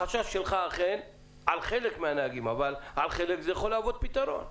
החשש שלך הוא לגבי חלק מנהגים אבל על חלק זה יכול להוות פתרון.